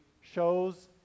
shows